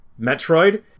Metroid